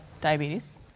diabetes